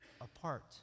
apart